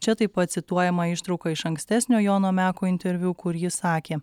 čia taip pat cituojama ištrauka iš ankstesnio jono meko interviu kur jis sakė